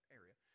area